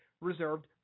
reserved